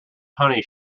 honey